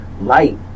light